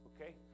Okay